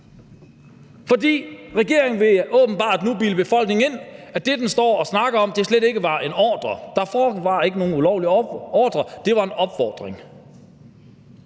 For regeringen vil åbenbart nu bilde befolkningen ind, at det, den står og snakker om, slet ikke var en ordre. Der var ikke nogen ulovlig ordre; det var en opfordring.